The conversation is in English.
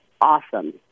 awesome